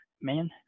man